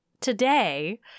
today